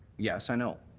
yes, i know.